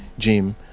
Gym